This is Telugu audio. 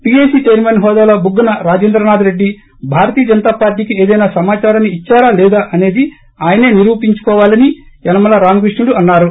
పీఏసీ చైర్మన్ హోదాలో బుగ్గన రాజేంద్ర ప్రసాద్ భారతీయ జనతా పార్లీకి ఏదైనా సమాదారాన్ని ఇద్భారా లేదా అనేది ఆయనే నిరూపించుకోవాలని యనమల రామకృష్ణుడు అన్నారు